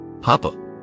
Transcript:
Papa